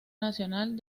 nacional